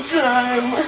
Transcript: time